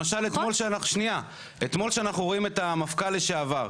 למשל, אתמול כשאנחנו רואים את המפכ"ל לשעבר,